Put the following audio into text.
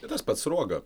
tai tas pats sruoga